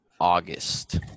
August